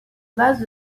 base